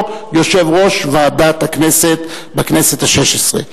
יושב-ראש ועדת הכנסת בכנסת השש-עשרה.